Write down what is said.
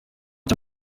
cya